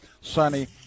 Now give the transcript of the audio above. Sunny